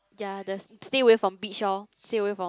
yea that's stay away from beach loh stay away from